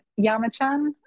Yamachan